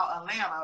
Atlanta